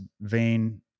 vein